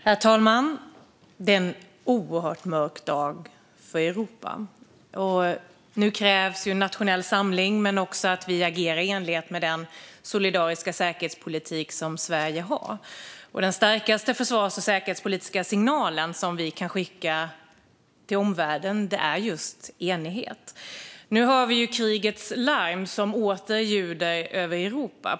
Herr talman! Det är en oerhört mörk dag för Europa. Nu krävs nationell samling men också att vi agerar i enlighet med den solidariska säkerhetspolitik som Sverige har. Den starkaste försvars och säkerhetspolitiska signalen som vi kan skicka till omvärlden är just enighet. Nu hör vi krigets larm som åter ljuder över Europa.